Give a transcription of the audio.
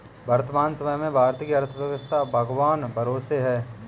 वर्तमान समय में भारत की अर्थव्यस्था भगवान भरोसे है